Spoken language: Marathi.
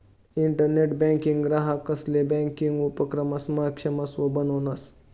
इंटरनेट बँकिंग ग्राहकंसले ब्यांकिंग उपक्रमसमा सक्षम बनावस